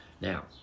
Now